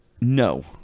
No